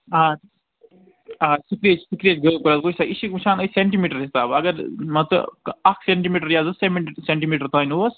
آ آ سوپیس سوپیس وُچھِ سا یہِ چھِ أسۍ وُچھان سینٛٹی میٖٹر حِساب اگر مان ژٕ اَکھ سینٛٹی میٖٹر یا زٕ سیمی سینٛٹی میٖٹر تانۍ اوس